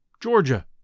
Georgia